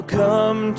come